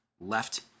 left